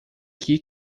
que